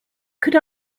could